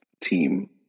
team